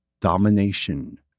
domination